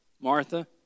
Martha